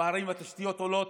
ובערים התשתיות עולות